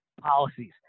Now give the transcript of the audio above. policies